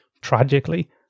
tragically